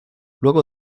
luego